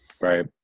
Right